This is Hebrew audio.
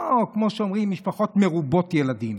לא כמו שאומרים: משפחות מרובות ילדים.